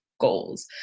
goals